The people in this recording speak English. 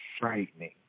frightening